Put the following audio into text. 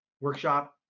workshop